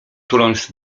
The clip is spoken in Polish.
tuląc